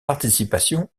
participation